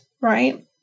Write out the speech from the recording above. right